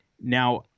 now